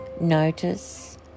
Notice